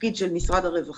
תשובות על הסגר הראשון.